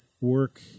work